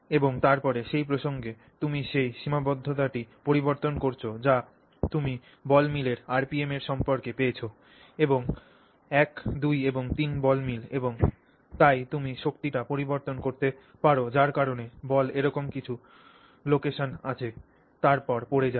এবং তারপরে সেই প্রসঙ্গে তুমি সেই সীমাবদ্ধতাটি পরিবর্তন করছ যা তুমি বল মিলের আরপিএমের সম্পর্কে পেয়েছ এই 1 2 এবং 3 বল মিল এবং তাই তুমি শক্তিটি পরিবর্তন করতে পার যার কারণে বল এরকম কিছু লোকেশন আসে তারপর পড়ে যায়